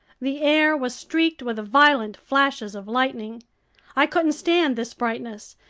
the air was streaked with violent flashes of lightning i couldn't stand this brightness,